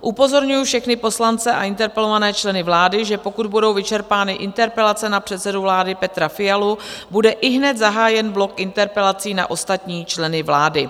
Upozorňuji všechny poslance a interpelované členy vlády, že pokud budou vyčerpány interpelace na předsedu vlády Petra Fialu, bude ihned zahájen blok interpelací na ostatní členy vlády.